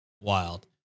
wild